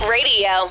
Radio